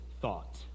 thought